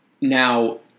Now